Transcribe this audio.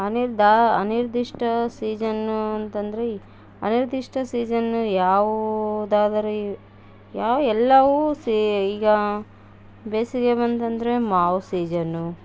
ಅನಿರ್ದಾ ಅನಿರ್ದಿಷ್ಟ ಸೀಜನ್ನು ಅಂತಂದರೆ ಅನಿರ್ದಿಷ್ಟ ಸೀಜನ್ನು ಯಾವುದಾದರೂ ಎಲ್ಲವು ಸೇ ಈಗ ಬೇಸಿಗೆ ಬಂತಂದರೆ ಮಾವು ಸೀಜನ್ನು